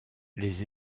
les